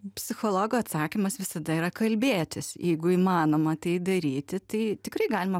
psichologo atsakymas visada yra kalbėtis jeigu įmanoma tai daryti tai tikrai galima